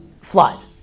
flood